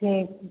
ठीक